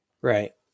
Right